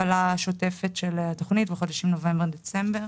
הפעלה שוטפת של התוכנית בחודשים נובמבר ודצמבר